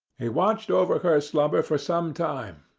he watched over her slumber for some time,